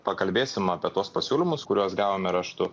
pakalbėsim apie tuos pasiūlymus kuriuos gavome raštu